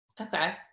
Okay